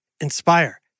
Inspire